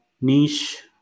niche